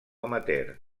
amateur